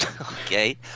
Okay